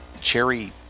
cherry